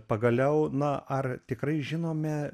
pagaliau na ar tikrai žinome